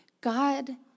God